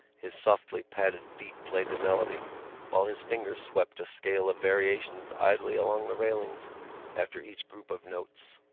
his softly padded feet played the melody while his fingers swept a scale of variations idly along the railings after each group of notes.